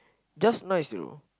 just nice you know